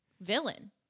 villain